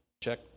check